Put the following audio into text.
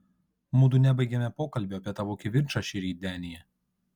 mudu nebaigėme pokalbio apie tavo kivirčą šįryt denyje